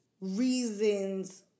reasons